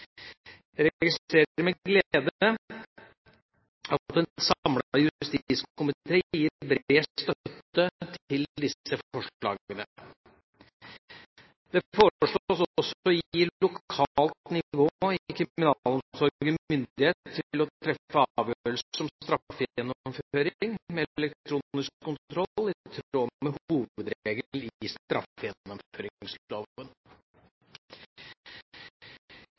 registrerer med glede at en samlet justiskomité gir bred støtte til disse forslagene. Det foreslås også å gi lokalt nivå i kriminalomsorgen myndighet til å treffe avgjørelser om straffegjennomføring med elektronisk kontroll i tråd med hovedregelen